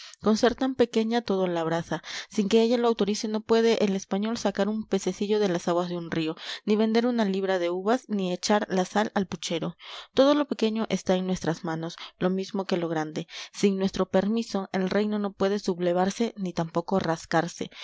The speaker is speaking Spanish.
con ser tan pequeña todo lo abraza sin que ella lo autorice no puede el español sacar un pececillo de las aguas de un río ni vender una libra de uvas ni echar la sal al puchero todo lo pequeño está en nuestras manos lo mismo que lo grande sin nuestro permiso el reino no puede sublevarse ni tampoco rascarse